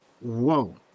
whoa